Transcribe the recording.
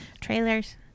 trailers